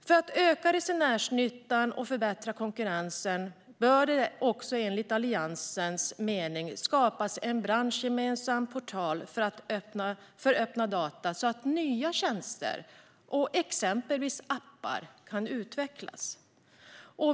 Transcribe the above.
För att resenärsnyttan ska öka och för att konkurrensen ska förbättras bör det enligt Alliansen också skapas en branschgemensam portal för öppna data så att nya tjänster och exempelvis appar kan utvecklas.